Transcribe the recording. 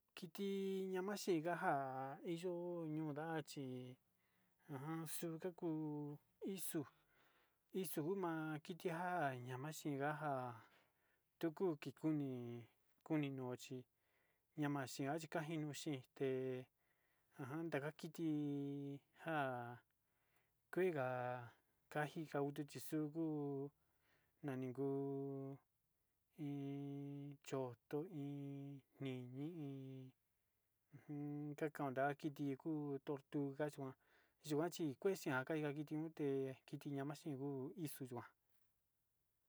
Kiti ña'a maxii kanja'a iyo'o ñuu ndachi ajan xuka'a kuu ixu ixuguma kiti nja'a ñamaxinga nja tuku kii kuni kunochi niamanjia chi kanjinio xhité, ajan ndaka'a kiti nja'an kuenga kautite kanjiku nixuu kuu nanin nguu iin choto iin niñi iin takaunda kiti kuu a tortuga xhikuan yukan chikexinga ndakiti unde ndakiti ndaxhio ixuu yuán.